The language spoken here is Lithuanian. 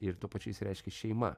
ir tuo pačiu jis reiškia šeima